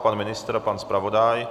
Pan ministr a pan zpravodaj?